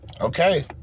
Okay